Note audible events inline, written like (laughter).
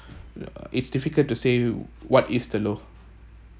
(noise) it's difficult to say what is the low